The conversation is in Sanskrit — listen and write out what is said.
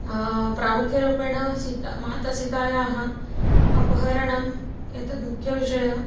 प्रामुख्यरूपेण सीता मातसीतायाः अपहरणम् एतत् मुख्यविषयः